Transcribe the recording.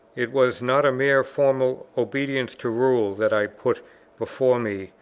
it was not a mere formal obedience to rule that i put before me,